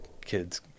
kids